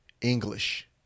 English